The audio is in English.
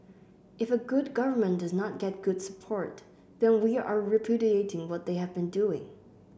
if a good government does not get good support then we are repudiating what they have been doing